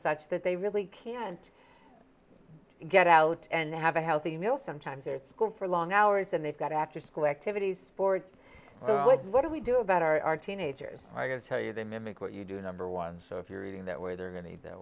such that they really can't get out and have a healthy meal sometimes it's good for long hours and they've got after school activities sports so what do we do about our teenagers are going to tell you they mimic what you do number one so if you're eating that way they're going to be th